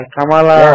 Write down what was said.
Kamala